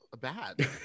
bad